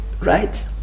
right